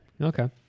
Okay